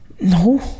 No